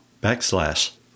backslash